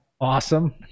Awesome